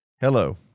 Hello